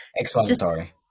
Expository